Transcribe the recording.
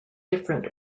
different